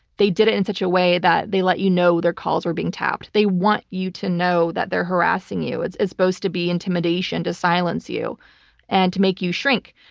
they did it in such a way that they let you know their calls were being tapped. they want you to know that they're harassing you. it's it's supposed to be intimidation to silence you and to make you shrink,